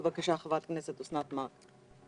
בבקשה חברת הכנסת אוסנת מארק.